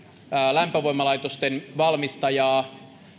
lämpövoimalaitosten valmistajaa